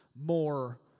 more